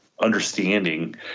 understanding